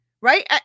right